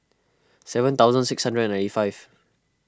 seven thousand six hundred and ninety five